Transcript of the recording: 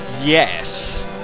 Yes